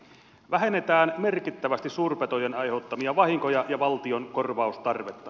vähennetään merkittävästi suurpetojen aiheuttamia vahinkoja ja valtion korvaustarvetta